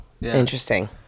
Interesting